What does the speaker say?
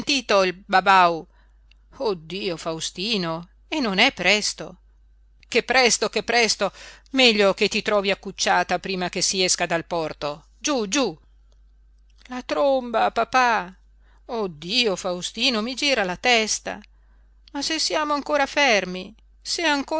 babau oh dio faustino e non è presto che presto che presto meglio che ti trovi accucciata prima che si esca dal porto giú giú la tromba papà oh dio faustino mi gira la testa ma se siamo ancora fermi se